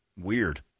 Weird